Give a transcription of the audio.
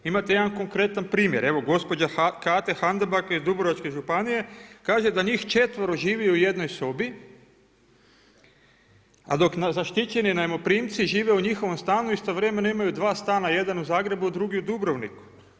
Imate jedan konkretan primjer, evo gospođa Kate Handabak iz Dubrovačke županije kaže da njih četvoro živi u jednoj sobi, a dok zaštićeni najmoprimci žive u njihovom stanu i istovremeno imaju dva stana, jedan u Zagrebu, drugi u Dubrovniku.